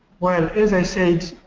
well, as i said,